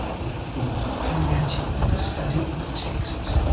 of the pariyatti, the study of the texts,